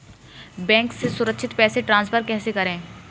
Bank से सुरक्षित पैसे ट्रांसफर कैसे करें?